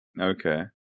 Okay